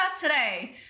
Today